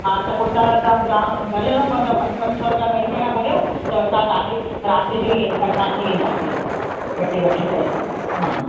हा त पोइ तव्हां तव्हां ब्रा भरिणो पवंदो पंज पंज सौ रुपिया ॿई ॼणा भरियो त असां तव्हां ॾे राति जो ई असां अची वेंदासीं ॿ टे वठी करे माण्हू